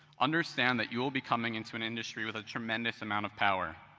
understand that you will be coming into an industry with a tremendous amount of power.